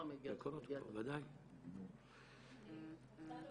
אני רוצה להוסיף,